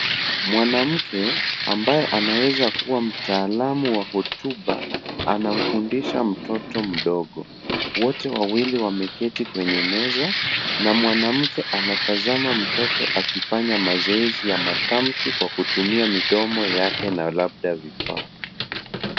Mwanamke ambaye anaweza kuwa mtaalamu wa hotuba anamfundisha mtoto mdogo. Wote wawili wameketi kwenye meza na mwanamke anatazama mtoto akifanya mazoezi ya matamshi kwa kutumia mdomo wake na labda vifaa.